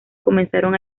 comenzaron